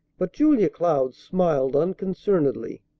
but julia cloud smiled unconcernedly.